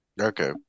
Okay